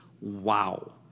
wow